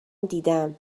دیدم